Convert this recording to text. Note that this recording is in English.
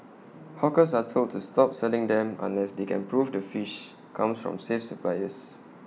hawkers are told to stop selling them unless they can prove the fish comes from safe suppliers